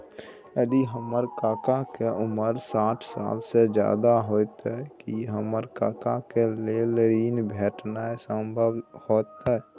यदि हमर काका के उमर साठ साल से ज्यादा हय त की हमर काका के लेल ऋण भेटनाय संभव होतय?